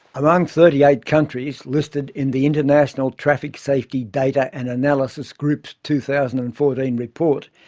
among thirty eight countries listed in the international traffic safety data and analysis group's two thousand and fourteen report,